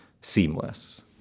seamless